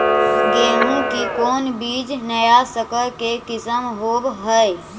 गेहू की कोन बीज नया सकर के किस्म होब हय?